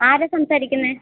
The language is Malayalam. ആരാണ് സംസാരിക്കുന്നത്